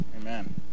amen